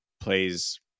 plays